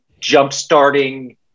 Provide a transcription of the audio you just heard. jumpstarting